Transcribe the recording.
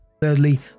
Thirdly